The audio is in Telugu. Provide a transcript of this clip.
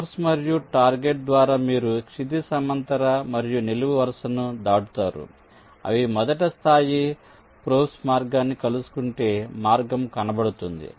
సౌర్స్ మరియు టార్గెట్ ద్వారా మీరు క్షితిజ సమాంతర మరియు నిలువు వరుసను దాటుతారు అవి మొదటి స్థాయి ప్రోబ్స్ మార్గాన్ని కలుసుకుంటే మార్గం కనబడుతుంది